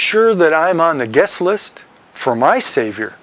sure that i'm on the guest list for my savior